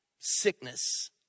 sickness